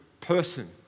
person